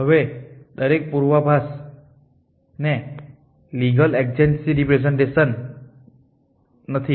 હવે દરેક પૂર્વાભાસ એ લીગલ એડજેસન્સી રિપ્રેસેંટેશન નથી